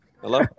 Hello